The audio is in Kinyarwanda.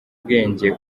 ubwenge